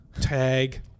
tag